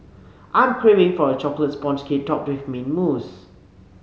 I am craving for a chocolate sponge cake topped with mint mousse